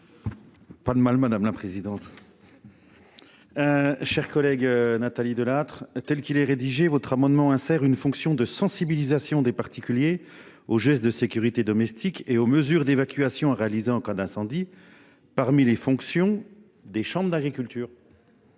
Pas de mal, madame la présidente. Chers collègue Nathalie Delattre telle qu'il est rédigé votre amendement insère une fonction de sensibilisation des particuliers aux gestes de sécurité domestique et aux mesures d'évacuation a réalisé en cas d'incendie. Parmi les fonctions des chambres d'agriculture.